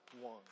one